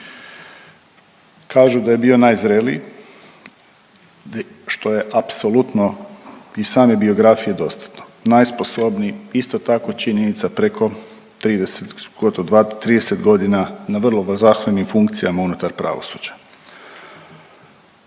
Kažu da je bio najzreliji što je apsolutno i iz same biografije dostatno. Najsposobniji isto tako činjenica preko 30 gotovo 2, 30 godina na vrlo zahtjevnim funkcijama unutar pravosuđa.